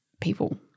people